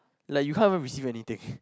like you can't even receive anything